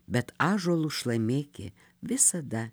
bet ąžuolu šlamėki visada